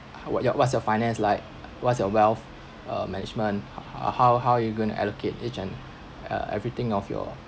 ha~ your what's your finance like what's your wealth uh management how how you going to allocate each and uh everything of your